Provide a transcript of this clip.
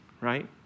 right